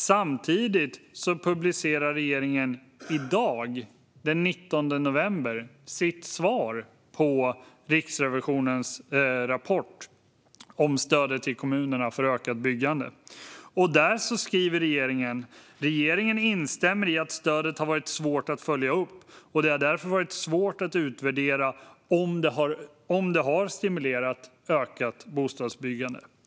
Å andra sidan publicerar regeringen i dag, den 19 november, sitt svar på Riksrevisionens rapport om stödet till kommunerna för ökat byggande. Där skriver regeringen följande: "Regeringen instämmer i att stödet har varit svårt att följa upp och det har därför varit svårt att utvärdera om det har stimulerat ett ökat bostadsbyggande."